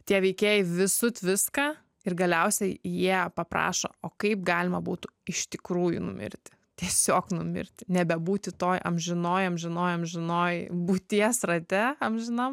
tie veikėjai visut viską ir galiausiai jie paprašo o kaip galima būtų iš tikrųjų numirti tiesiog numirti nebebūti toj amžinoj amžinoj amžinoj būties rate amžinam